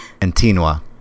Antinua